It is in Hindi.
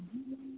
जी मैम